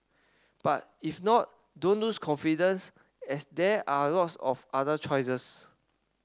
but if not don't lose confidence as there are lots of other choices